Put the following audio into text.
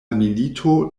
milito